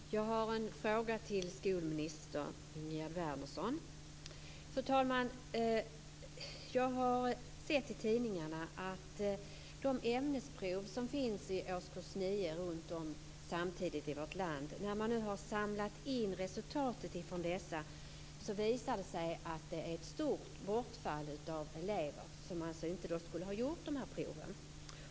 Fru talman! Jag har en fråga till skolminister Jag har i tidningarna sett att när man samlar in resultaten från de ämnesprov som genomförs samtidigt runtom i vårt land i årskurs 9 visar det sig att det är ett stort bortfall av elever. Dessa elever har alltså inte gjort de här proven.